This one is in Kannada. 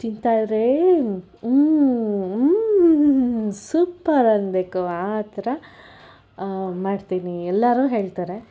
ತಿಂತಾಯಿದ್ರೆ ಸೂಪರ್ ಅನ್ನಬೇಕು ಆ ಥರ ಮಾಡ್ತೀನಿ ಎಲ್ಲರೂ ಹೇಳ್ತಾರೆ